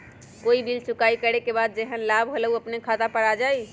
कोई बिल चुकाई करे के बाद जेहन लाभ होल उ अपने खाता पर आ जाई?